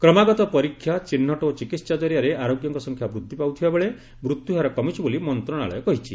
କ୍ରମାଗତ ପରୀକ୍ଷା ଚିହ୍ରଟ ଓ ଚିକିତ୍ସା ଜରିଆରେ ଆରୋଗ୍ୟଙ୍କ ସଂଖ୍ୟା ବୃଦ୍ଧି ପାଉଥିବାବେଳେ ମୃତ୍ୟହାର କମିଛି ବୋଲି ମନ୍ତ୍ରଣାଳୟ କହିଛି